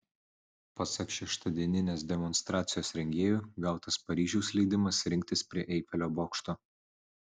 pasak šeštadieninės demonstracijos rengėjų gautas paryžiaus leidimas rinktis prie eifelio bokšto